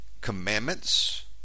Commandments